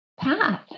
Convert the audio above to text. path